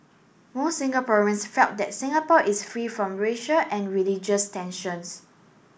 most Singaporeans felt that Singapore is free from racial and religious tension